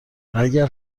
اگر